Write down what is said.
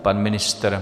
Pan ministr?